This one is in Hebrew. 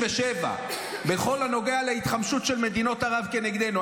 1967 בכל הנוגע להתחמשות של מדינות ערב כנגדנו,